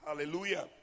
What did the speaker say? Hallelujah